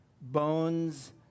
bones